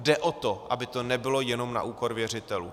Jde o to, aby to nebylo jenom na úkor věřitelů.